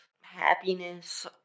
happiness